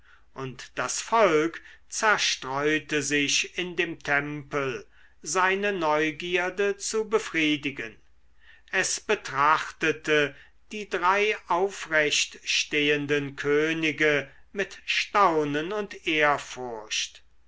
und das volk zerstreute sich in dem tempel seine neugierde zu befriedigen es betrachtete die drei aufrecht stehenden könige mit staunen und ehrfurcht